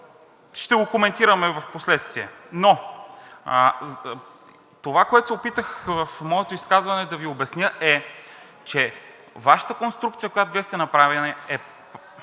ще го коментираме впоследствие. Но това, което се опитах в моето изказване да Ви обясня, е, че Вашата конструкция, която Вие сте направили, е